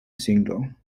single